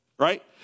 right